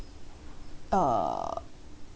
err